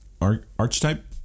archetype